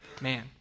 man